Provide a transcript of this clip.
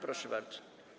Proszę bardzo.